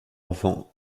enfants